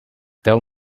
tell